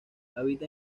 habita